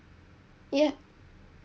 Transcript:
ya